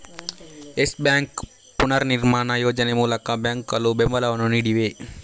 Yes Bank ಪುನರ್ನಿರ್ಮಾಣ ಯೋಜನೆ ಮೂಲಕ ಬ್ಯಾಂಕುಗಳು ಬೆಂಬಲವನ್ನು ನೀಡಿವೆ